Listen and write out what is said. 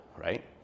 right